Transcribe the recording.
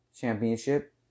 Championship